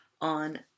on